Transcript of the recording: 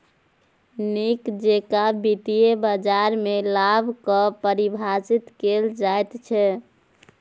नीक जेकां वित्तीय बाजारमे लाभ कऽ परिभाषित कैल जाइत छै